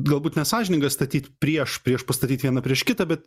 galbūt nesąžininga statyt prieš priešpastatyt vieną prieš kitą bet